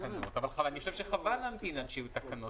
אני חושב שחבל להמתין עד שיהיו תקנות.